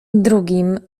drugim